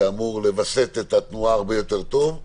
שיווסת את התנועה הרבה יותר טוב,